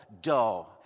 dough